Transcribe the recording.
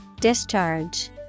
Discharge